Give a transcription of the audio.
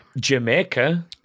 Jamaica